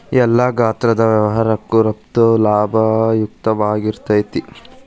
ಎಲ್ಲಾ ಗಾತ್ರದ್ ವ್ಯವಹಾರಕ್ಕ ರಫ್ತು ಲಾಭದಾಯಕವಾಗಿರ್ತೇತಿ